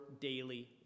daily